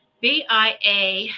BIA